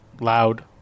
Loud